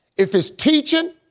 if it's teaching,